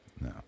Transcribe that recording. No